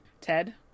Ted